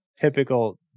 typical